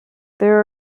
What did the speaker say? there